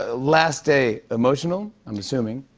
ah last day, emotional, i'm assuming?